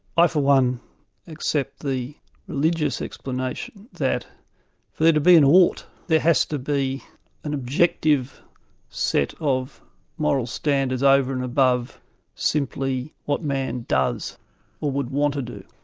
i for one accept the religious explanation that for there to be an ought there has to be an objective set of moral standards over and above simply what man does, or would want to do.